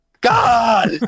God